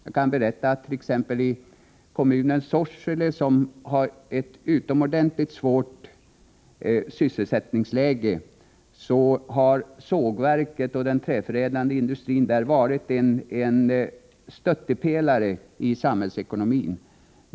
Jag kan berätta att t.ex. i kommunen Sorsele, som har ett utomordentligt svårt sysselsättningsläge, har sågverket och den träförädlande industrin varit stöttepelare i samhällsekonomin.